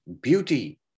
beauty